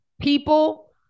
people